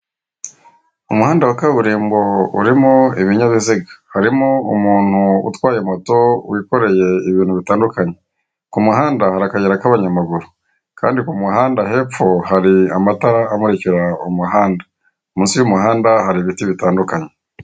Umuhanda wa kaburimbo urimo ibinyabiziga harimo umuntu utwaye moto wikoreye ibintu bitandukanye, ku muhanda hari akayira k'abanyamaguru kandi k'umuhanda hepfo hari amatara amurikira umuhanda, munsi y'umuhanda hari ibiti bitandukanye.